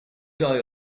die